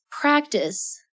practice